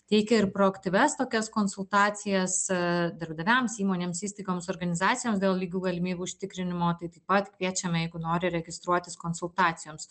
teikia ir proaktyvias tokias konsultacijas darbdaviams įmonėms įstaigoms organizacijoms dėl lygių galimybių užtikrinimo tai taip pat kviečiame jeigu nori registruotis konsultacijoms